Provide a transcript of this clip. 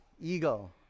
Ego